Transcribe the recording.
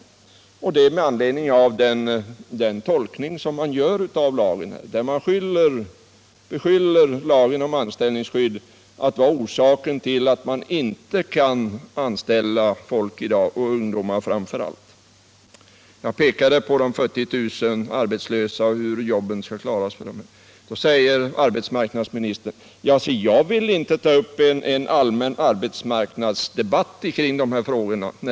Det har jag gjort med anledning av arbetsgivarnas tolkning av lagen. De beskyller lagen om anställnings skydd för att vara orsaken till att de i dag inte kan anställa folk och Nr 25 då framför allt ungdomar. Jag pekade på att det finns 40 000 arbetslösa Fredagen den ungdomar och frågade hur man skulle klara jobben för dem. Då svarade 11 november 1977 arbetsmarknadsministern att han inte ville ha någon allmän arbetsmarknadsdebatt kring de här frågorna.